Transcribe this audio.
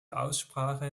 aussprache